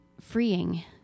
freeing